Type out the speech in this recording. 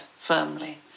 firmly